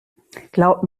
glaub